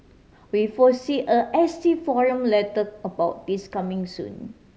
we foresee a S T forum letter about this coming soon